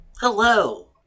Hello